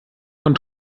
von